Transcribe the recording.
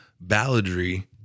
balladry